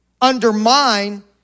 undermine